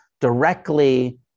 directly